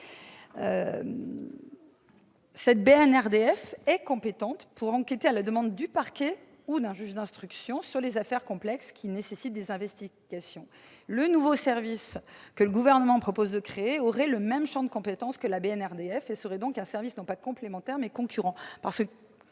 La BNRDF est compétente pour enquêter, à la demande du parquet ou d'un juge d'instruction, sur les affaires complexes qui nécessitent des investigations. Le nouveau service que le Gouvernement propose de créer aurait le même champ de compétences que la BNRDF et serait donc un service non pas complémentaire, mais concurrent.